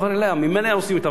ממילא היו עושים אותן לחוק אחד,